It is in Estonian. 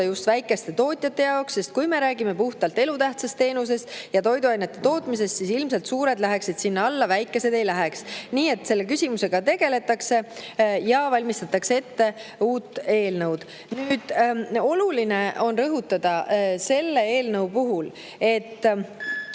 just väikeste tootjate jaoks, sest kui me räägime puhtalt elutähtsast teenusest ja toiduainete tootmisest, siis ilmselt suured läheksid sinna alla, väikesed ei läheks. Selle küsimusega tegeldakse ja valmistatakse ette uut eelnõu. Oluline on selle eelnõu puhul